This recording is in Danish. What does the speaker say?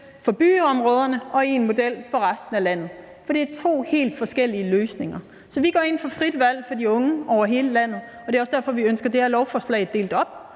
for byområderne og én model for resten af landet, for der er tale om to helt forskellige løsninger. Så vi går ind for frit valg til de unge over hele landet. Det er også derfor, vi ønsker det her lovforslag delt op,